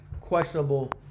questionable